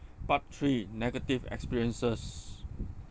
part three negative experiences